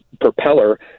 propeller